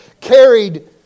carried